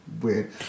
weird